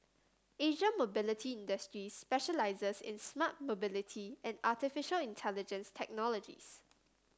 Asia Mobility Industries specialises in smart mobility and artificial intelligence technologies